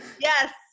Yes